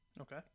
Okay